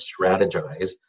strategize